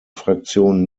fraktion